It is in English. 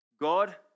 God